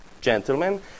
gentlemen